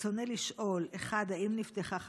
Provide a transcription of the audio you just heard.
רצוני לשאול: 1. האם נפתחה חקירה?